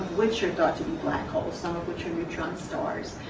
which are thought to be black holes, some of which are neutron stars,